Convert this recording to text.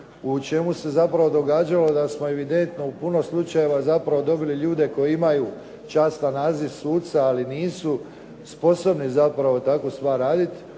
u čemu se zapravo događalo da smo evidentno u puno slučajeva zapravo dobili ljude koji imaju častan naziv suca ali nisu sposobni zapravo takvu stvar raditi.